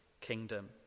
kingdom